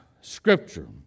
Scripture